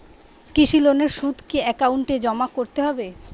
কৃষি লোনের সুদ কি একাউন্টে জমা করতে হবে?